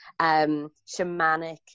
shamanic